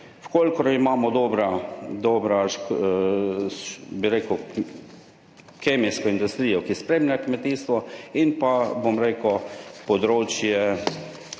kolikor imamo dobra, bi rekel, kemijsko industrijo, ki spremlja kmetijstvo in pa, bom rekel, področje